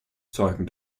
zeugen